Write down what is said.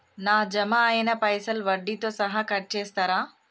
నా జమ అయినా పైసల్ వడ్డీతో సహా కట్ చేస్తరా?